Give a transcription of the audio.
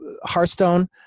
Hearthstone